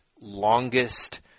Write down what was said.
longest